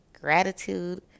gratitude